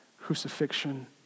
crucifixion